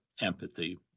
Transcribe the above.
empathy